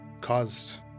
caused